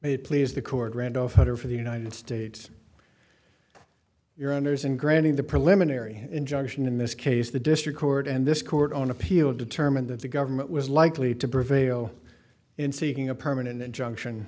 it please the court randolph order for the united states your honors and granting the preliminary injunction in this case the district court and this court on appeal determined that the government was likely to prevail in seeking a permanent injunction